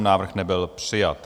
Návrh nebyl přijat.